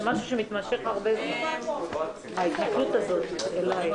לנו לא הייתה התייעצות סיעתית.